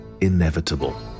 inevitable